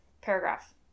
Paragraph